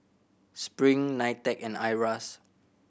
Spring NITEC and IRAS